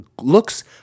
looks